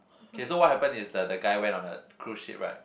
okay so what happened is the the guy went on a cruise ship right